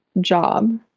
job